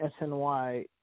SNY